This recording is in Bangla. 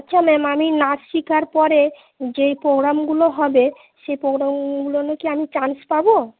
আচ্ছা ম্যাম আমি নাচ শেখার পরে যে প্রোগ্রামগুলো হবে সে প্রোগ্রামগুলোয় কি আমি চান্স পাবো